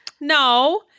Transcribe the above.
No